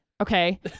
Okay